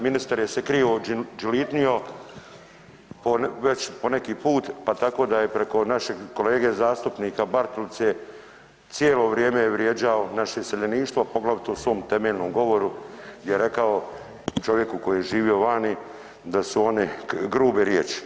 Ministar je se krivo dželitnio po već po neki put, pa tako da je preko našeg kolege zastupnika Bartulice cijelo vrijeme je vrijeđao naše iseljeništvo, poglavito u svom temeljnom govoru gdje je rekao čovjeku koji je živio vani da su oni, grube riječi.